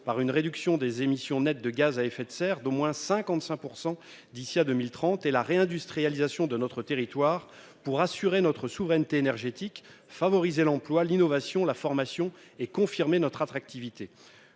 par une réduction des émissions nettes de gaz à effet de serre d'au moins 55 % d'ici à 2030 et la réindustrialisation de notre territoire, pour assurer notre souveraineté énergétique, favoriser l'emploi, l'innovation, la formation et conforter notre attractivité.